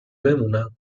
بمونم